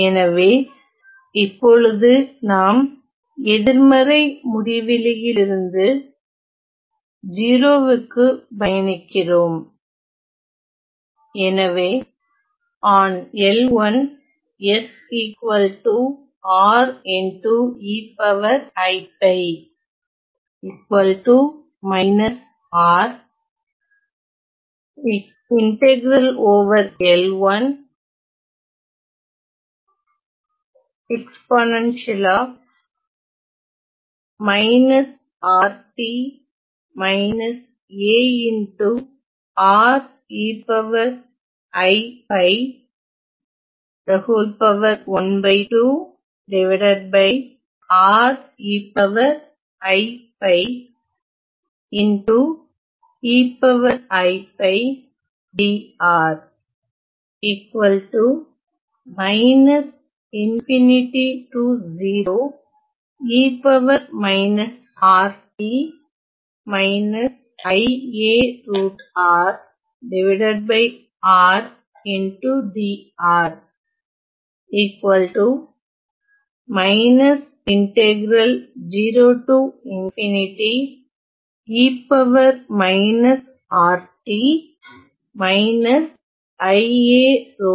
எனவே இப்பொழுது நாம் எதிர்மறை முடிவிலியிலிருந்து 0 க்கு பயணிக்கிறோம்